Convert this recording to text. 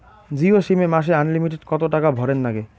Jio sim এ মাসে unlimited কত টাকা ভরের নাগে?